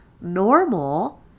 normal